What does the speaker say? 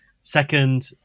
Second